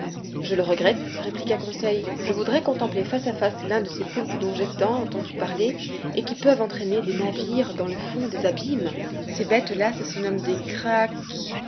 je le regrette répliqua conseil je voudrais contempler face à face l'un de ces poulpes dont j'ai tant entendu parler et qui peuvent entraîner des navires dans le fond des abîmes ces bêtes-là ça se nomme des krak